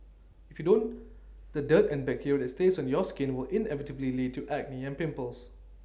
if you don't the dirt and bacteria that stays on your skin will inevitably lead to acne and pimples